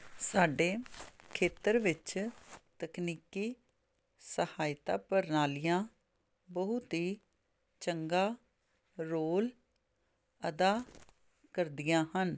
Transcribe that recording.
ਸਾਡੇ ਖੇਤਰ ਵਿੱਚ ਤਕਨੀਕੀ ਸਹਾਇਤਾ ਪ੍ਰਣਾਲੀਆਂ ਬਹੁਤ ਹੀ ਚੰਗਾ ਰੋਲ ਅਦਾ ਕਰਦੀਆਂ ਹਨ